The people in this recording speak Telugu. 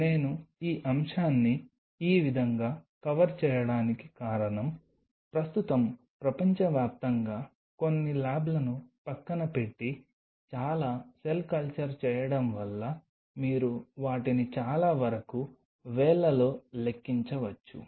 నేను ఈ అంశాన్ని ఈ విధంగా కవర్ చేయడానికి కారణం ప్రస్తుతం ప్రపంచవ్యాప్తంగా కొన్ని ల్యాబ్లను పక్కనపెట్టి చాలా సెల్ కల్చర్ చేయడం వల్ల మీరు వాటిని చాలా వరకు వేళ్లలో లెక్కించవచ్చు